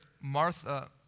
Martha